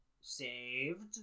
saved